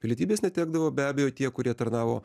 pilietybės netekdavo be abejo tie kurie tarnavo